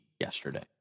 yesterday